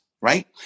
right